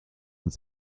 und